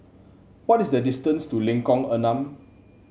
what is the distance to Lengkong Enam